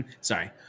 Sorry